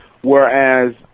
whereas